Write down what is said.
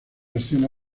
escena